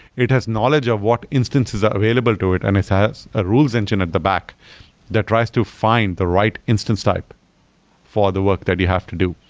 it has knowledge of what instances are available to it and it has a rules engine at the back that ties to find the right instance type for the work that you have to do.